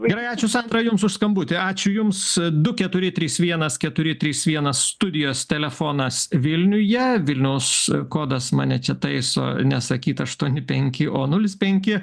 gerai ačiū sandra jums už skambutį ačiū jums du keturi trys vienas keturi trys vienas studijos telefonas vilniuje vilniaus kodas mane čia taiso nesakyt aštuoni penki o nulis penki